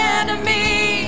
enemy